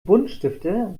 buntstifte